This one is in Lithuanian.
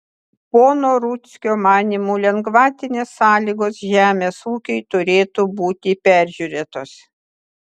pono rudzkio manymu lengvatinės sąlygos žemės ūkiui turėtų būti peržiūrėtos